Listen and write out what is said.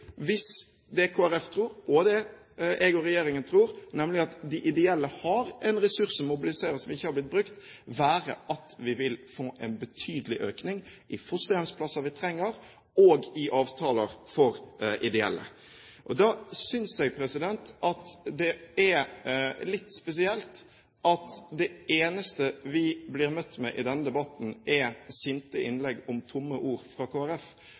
hvis det er slik Kristelig Folkeparti tror, og regjeringen og jeg tror, nemlig at de ideelle har en ressurs som må mobiliseres, og som ikke har blitt brukt – at vi vil få en betydelig økning i de fosterhjemsplasser vi trenger, og i avtaler for ideelle aktører. Da synes jeg det er litt spesielt at det eneste vi blir møtt med i denne debatten, er sinte innlegg om «tomme ord» fra